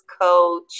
coach